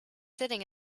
sitting